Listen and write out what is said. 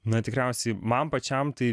na tikriausiai man pačiam tai